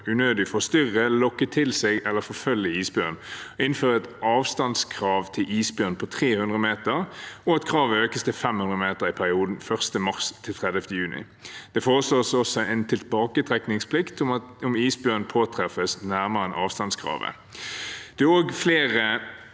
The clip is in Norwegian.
unødig å forstyrre, lokke til seg eller forfølge isbjørn og innføre et avstandskrav til isbjørn på 300 meter, og at kravet økes til 500 meter i perioden 1. mars til 30. juni. Det foreslås også en tilbaketrekningsplikt om isbjørn påtreffes nærmere enn avstandskravet.